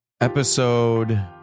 Episode